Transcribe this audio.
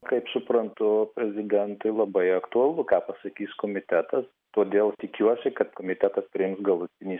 kaip suprantu prezidentui labai aktualu ką pasakys komitetas todėl tikiuosi kad komitetas priims galutinį